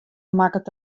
makket